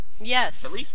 Yes